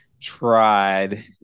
tried